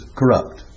corrupt